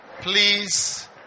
Please